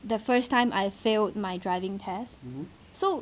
the first time I failed my driving test so